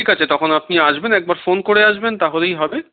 ঠিক আছে তখন আপনি আসবেন একবার ফোন করে আসবেন তাহলেই হবে